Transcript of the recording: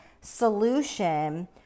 solution